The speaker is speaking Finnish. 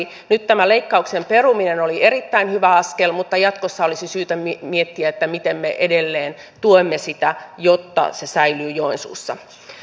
nyt tämä leikkauksen peruminen oli erittäin hyvä askel mutta jatkossa olisi syytä miettiä miten me edelleen tuemme sitä jotta se säilyy joensuussa